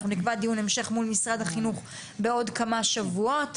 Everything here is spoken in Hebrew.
אנחנו נקבע המשך מול משרד החינוך בעוד כמה שבועות,